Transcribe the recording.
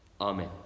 Amen